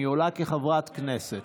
היא עולה כחברת כנסת.